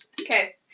Okay